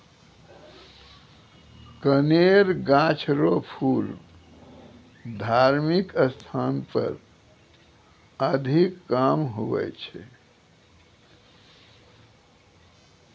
कनेर गाछ रो फूल धार्मिक स्थान पर अधिक काम हुवै छै